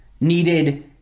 needed